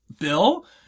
Bill